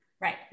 Right